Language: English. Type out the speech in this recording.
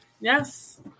Yes